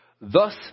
Thus